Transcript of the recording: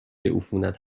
عفونت